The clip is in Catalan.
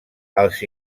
els